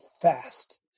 fast